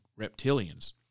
reptilians